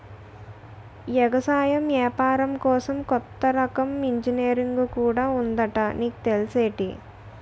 ఎగసాయం ఏపారం కోసం కొత్త రకం ఇంజనీరుంగు కూడా ఉందట నీకు తెల్సేటి?